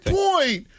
point